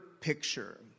picture